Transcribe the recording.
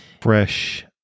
fresh